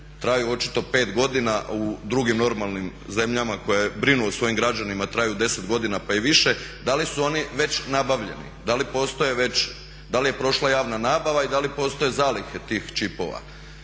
traju očito pet godina, a u drugim normalnim zemljama koje brinu o svojim građanima traju deset godina pa i više, da li su oni već nabavljeni, da li postoje već, da li je prošla javna nabava i da li postoje zalihe tih čipova?